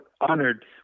honored